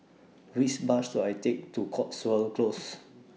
Which Bus should I Take to Cotswold Close